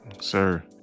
sir